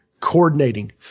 coordinating